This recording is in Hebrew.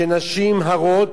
שנשים הרות